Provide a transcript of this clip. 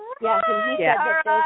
Yes